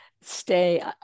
stay